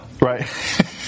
Right